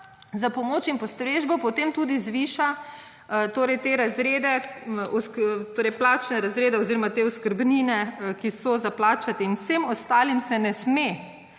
za pomoč in postrežbo potem tudi zviša torej te razrede, torej plačne razrede oziroma te oskrbnine, ki so za plačati. In vsem ostalim se ne sme,